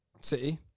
City